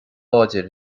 láidir